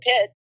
pit